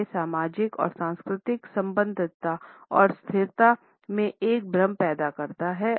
वे सामाजिक और सांस्कृतिक संबद्धता और स्थिरता में एक भ्रम पैदा करते हैं